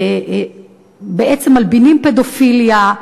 בעצם מלבינים פדופיליה,